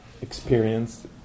experienced